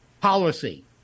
policy